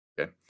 Okay